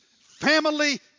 Family